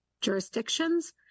jurisdictions